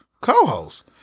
co-host